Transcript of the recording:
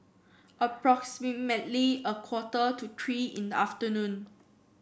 approximately a quarter to three in the afternoon